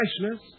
Freshness